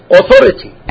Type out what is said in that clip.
authority